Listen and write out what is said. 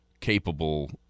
capable